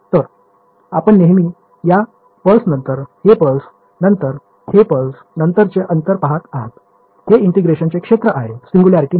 तर आपण नेहमी या पल्स नंतर हे पल्स नंतर हे पल्स नंतरचे अंतर पाहत आहात हे ईंटेग्रेशन चे क्षेत्र आहे सिंग्युलॅरिटी नाही